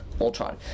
Ultron